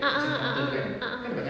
a'ah a'ah a'ah